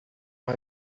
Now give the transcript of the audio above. uma